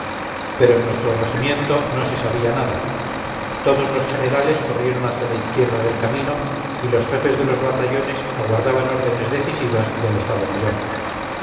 pero en nuestro regimiento no se sabía nada todos los generales corrieron hacia la izquierda del camino y los jefes de los batallones aguardaban órdenes decisivas del estado mayor